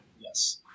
Yes